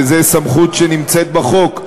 וזו סמכות שנמצאת בחוק,